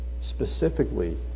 specifically